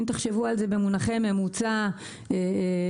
אם תחשבו על זה במונחי ממוצע פעולות,